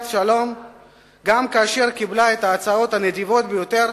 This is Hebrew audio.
לשלום גם כאשר קיבלה את ההצעות הנדיבות ביותר,